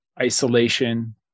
isolation